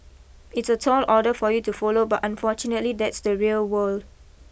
it's a tall order for you to follow but unfortunately that's the real world